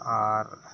ᱟᱨ